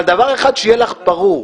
אבל דבר אחד שיהיה לך ברור,